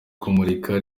kumurika